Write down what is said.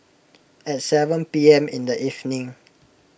at seven P M in the evening